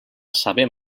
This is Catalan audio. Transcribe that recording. saber